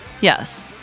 yes